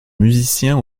musicien